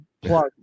plug